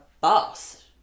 boss